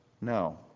No